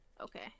Okay